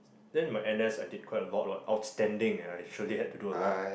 then my N_S I did quite a lot what outstanding leh I surely had to do a lot